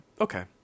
Okay